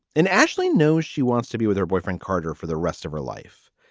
and ashley knows she wants to be with her boyfriend carter for the rest of her life,